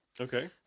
okay